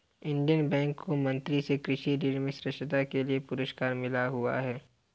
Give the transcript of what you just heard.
Indian Bank को मंत्री से कृषि ऋण में श्रेष्ठता के लिए पुरस्कार मिला हुआ हैं